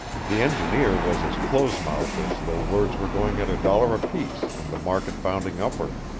the engineer was as close-mouthed as though words were going at a dollar apiece and the market bounding upward.